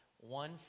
one